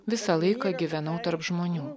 visą laiką gyvenau tarp žmonių